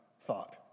thought